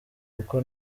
kuko